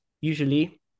usually